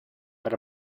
but